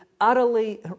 utterly